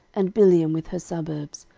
and bileam with her suburbs,